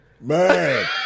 Man